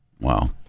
Wow